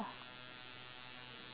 a hundred years